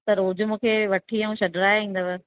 रोज मूंखे वठी ऐं छॾराइ ईंदव